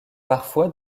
parfois